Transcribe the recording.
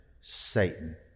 Satan